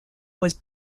was